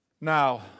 Now